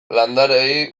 landareei